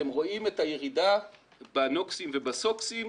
אתם רואים את הירידה בנוקסים ובסוקסים.